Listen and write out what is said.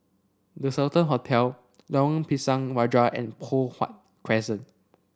The Sultan Hotel Lorong Pisang Raja and Poh Huat Crescent